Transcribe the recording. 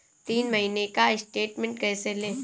तीन महीने का स्टेटमेंट कैसे लें?